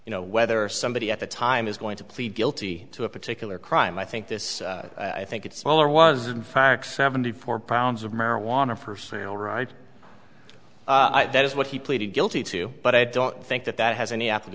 you know whether somebody at the time is going to plead guilty to a particular crime i think this i think it's smaller was in fact seventy four pounds of marijuana for sale right that is what he pleaded guilty to but i don't think that that has any a